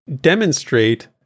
demonstrate